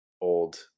old